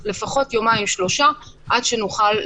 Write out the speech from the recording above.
לפי צו הוראת בידוד, הוא צריך להיכנס לבידוד.